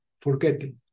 forgetting